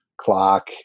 clock